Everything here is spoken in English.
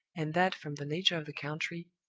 and that, from the nature of the country,